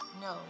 No